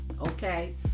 Okay